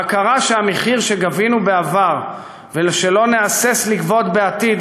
ההכרה שהמחיר שגבינו בעבר ושלא נהסס לגבות בעתיד,